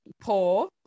poor